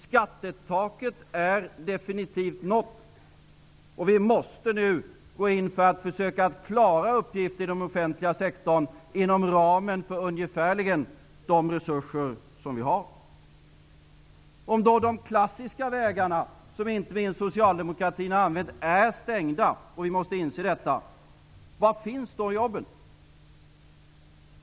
Skattetaket är definitivt nått, och vi måste nu gå in för att försöka klara uppgifterna inom den offentliga sektorn inom ramen för ungefärligen de resurser som vi har. Om de klassiska vägarna, som inte minst Socialdemokraterna har använt, är stängda, vilket vi måste inse, var finns då jobben?